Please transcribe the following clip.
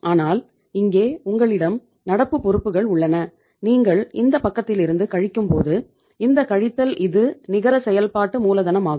ஆனால் இங்கே உங்களிடம் நடப்பு பொறுப்புகள் உள்ளன நீங்கள் இந்த பக்கத்திலிருந்து கழிக்கும்போது இந்த கழித்தல் இது நிகர செயல்பாட்டு மூலதனமாகும்